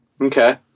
Okay